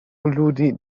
ludi